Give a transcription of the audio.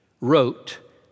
wrote